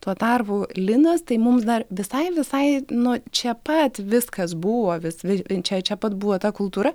tuo tarpu linas tai mums dar visai visai nu čia pat viskas buvo vis vi čia čia pat buvo ta kultūra